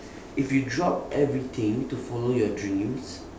if you drop everything to follow your dreams